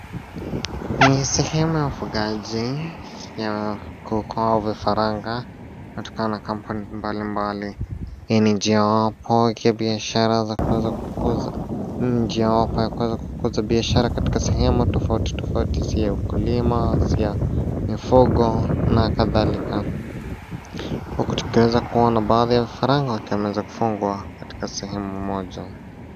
Ni sehemu ya ufugaji ya kuku au vifaranga kutokana na kampuni mbalimbali. Hii ni njiawapo ya kibiashara za kuweza kukuza biashara katika sehemu tofauti toauti si ya ukulima, si ya mifugo na kadhalika. Huku tukiweza kuona baadhi ya vifaranga wakiwa wameweza kufungwa katika sehemu moja.